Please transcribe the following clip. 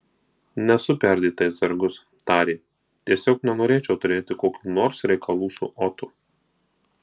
nesu perdėtai atsargus tarė tiesiog nenorėčiau turėti kokių nors reikalų su otu